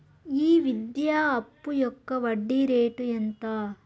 ఈ విద్యా అప్పు యొక్క వడ్డీ రేటు ఎంత?